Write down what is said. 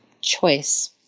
choice